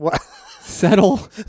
settle